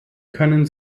können